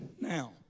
Now